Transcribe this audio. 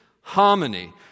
harmony